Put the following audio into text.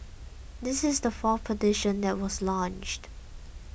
this is the fourth petition that was launched